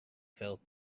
failed